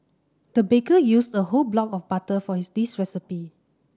the baker used the whole block of butter for his this recipe